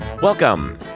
Welcome